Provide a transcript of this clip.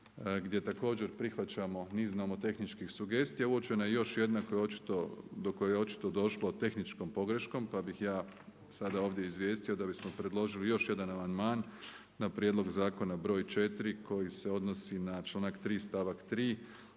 gdje također prihvaćamo niz nomotehničkih sugestija uočena je još jedna do koje je očito došlo tehničkom pogreškom pa bih ja sada ovdje izvijestio da bismo predložili još jedan amandman na prijedlog zakona br. 4. koji se odnosi na članak 3., stavak 3.